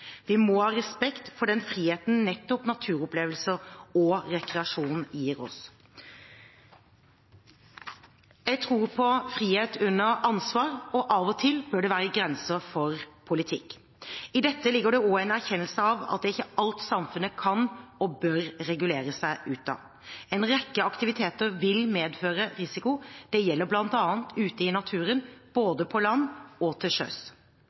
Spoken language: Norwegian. Vi må ha respekt for den friheten nettopp naturopplevelser og rekreasjon gir oss. Jeg tror på frihet under ansvar, og av og til bør det være grenser for politikk. I dette ligger det også en erkjennelse av at det ikke er alt samfunnet kan og bør regulere seg ut av. En rekke aktiviteter vil medføre risiko, det gjelder bl.a. ute i naturen, både på land og til sjøs.